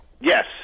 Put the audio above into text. Yes